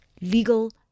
legal